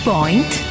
Point